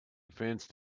fenced